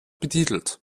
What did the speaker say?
betitelt